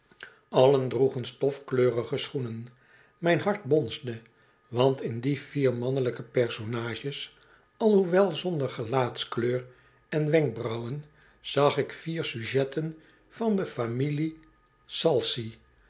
allen droegen stofkleurige schoenen mijn hart bonsde want in die vier mannelijke personages alhoewel zonder gelaatskleur en wenkbrauwen zag ik vier sujetten van de familie